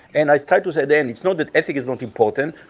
and i tried to say then, it's not that ethic is not important.